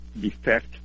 defect